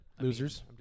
Losers